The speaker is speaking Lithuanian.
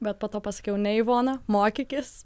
bet po to pasakiau ne ivona mokykis